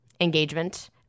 engagement